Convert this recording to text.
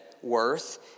Worth